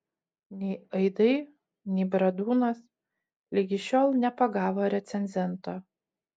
nei aidai nei bradūnas ligi šiol nepagavo recenzento